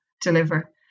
deliver